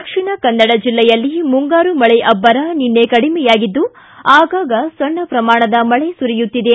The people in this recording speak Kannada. ದಕ್ಷಿಣ ಕನ್ನಡ ಜಿಲ್ಲೆಯಲ್ಲಿ ಮುಂಗಾರು ಮಳೆ ಅಬ್ಬರ ನಿನ್ನೆ ಕಡಿಮೆಯಾಗಿದ್ದು ಆಗಾಗ ಸಣ್ಣ ಪ್ರಮಾಣದ ಮಳೆ ಸುರಿಯುತ್ತಿದೆ